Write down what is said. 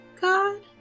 god